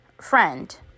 friend